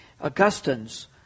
Augustine's